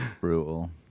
Brutal